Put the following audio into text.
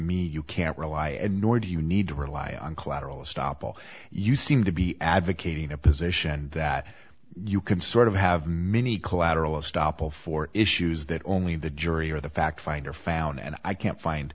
me you can't rely and nor do you need to rely on collateral estoppel you seem to be advocating a position that you can sort of have many collateral estoppel for issues that only the jury or the fact finder found and i can't find